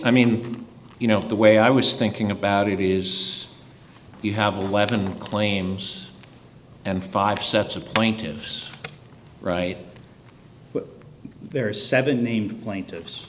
i mean you know the way i was thinking about it is you have eleven claims and five sets of plaintiffs right there are seven named plaintiffs